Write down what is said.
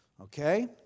Okay